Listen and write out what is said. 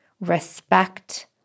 respect